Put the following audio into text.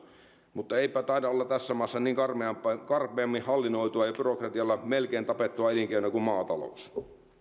mutta eipä taida olla tässä maassa karmeammin karmeammin hallinnoitua ja byrokratialla melkein tapettua elinkeinoa kuin maatalous